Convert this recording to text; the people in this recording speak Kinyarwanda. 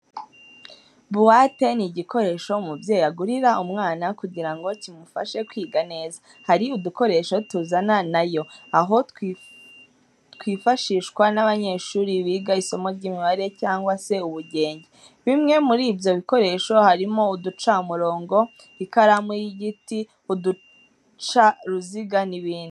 Buwate ni igikoresho umubyeyi agurira umwana kugira ngo kimufashe kwiga neza. Hari udukoresho tuzana na yo, aho twifashishwa n'abanyeshuri biga isomo ry'imibare cyangwa se ubugenge. Bimwe muri ibyo bikoresho harimo uducamurongo, ikaramu y'igiti, uducaruziga n'ibindi.